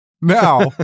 Now